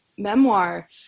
memoir